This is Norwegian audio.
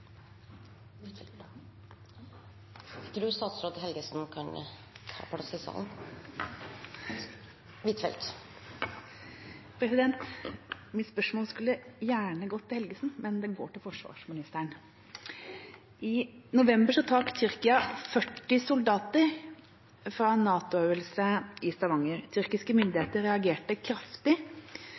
Mitt spørsmål skulle gjerne gått til Helgesen, men det går til forsvarsministeren. I november trakk Tyrkia 40 soldater fra en NATO-øvelse i Stavanger. Tyrkiske myndigheter reagerte kraftig